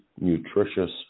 nutritious